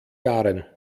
jahren